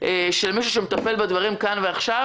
של מישהו שמטפל בדברים כאן ועכשיו,